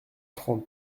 trente